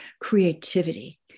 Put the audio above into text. creativity